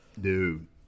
Dude